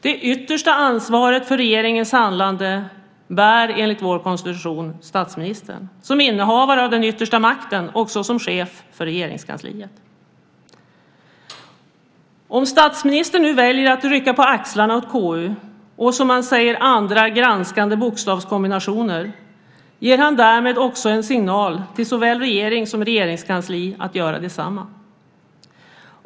Det yttersta ansvaret för regeringens handlande bär, enligt vår konstitution, statsministern som innehavare av den yttersta makten, också som chef för Regeringskansliet. Om statsministern nu väljer att rycka på axlarna åt KU och som han säger andra granskande bokstavskombinationer ger han en signal till såväl regering som Regeringskansli att göra detsamma.